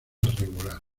regular